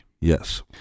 Yes